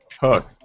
Hook